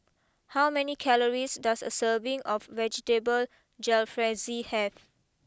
how many calories does a serving of Vegetable Jalfrezi have